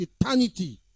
eternity